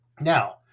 Now